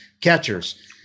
Catchers